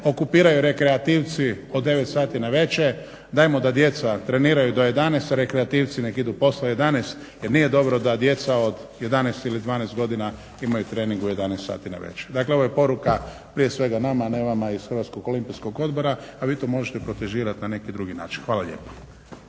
okupiraju rekreativci od 9 sati navečer, dajmo da djeca treniraju do 11, rekreativci nek idu poslije 11. Jer nije dobro da djeca od 11 ili 12 godina imaju treningu u 11 sati navečer. Dakle, ovo je poruka prije svega nama, a ne vama iz Hrvatskog olimpijskog odbora, a vi to možete protežirati na neki drugi način. Hvala lijepa.